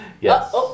Yes